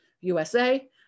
USA